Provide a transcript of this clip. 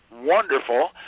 wonderful